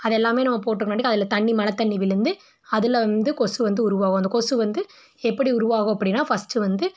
அதெல்லாம் நம்ம போட்டுருக்குன்னுன்ட்டு அதில் தண்ணி மழை தண்ணி விழுந்து அதில் வந்து கொசு வந்து உருவாகும் அந்த கொசு வந்து எப்படி உருவாகும் அப்படினா ஃபஸ்ட்டு வந்து